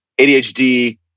ADHD